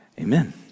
Amen